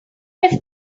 with